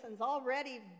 already